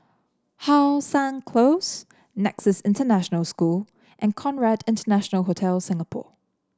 How Sun Close Nexus International School and Conrad International Hotel Singapore